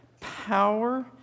power